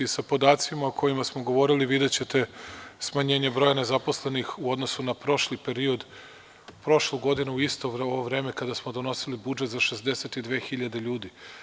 Sa podacima o kojima smo govorili videćete smanjenje broja nezaposlenih u odnosu na prošli period, prošlu godinu u isto ovo vreme kada smo donosili budžet za 62.000 ljudi.